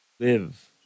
live